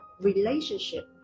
relationship